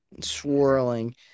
swirling